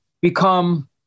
become